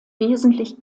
wesentlich